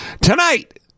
Tonight